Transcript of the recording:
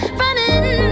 running